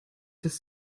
dass